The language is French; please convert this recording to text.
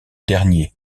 dernier